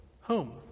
home